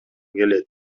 келет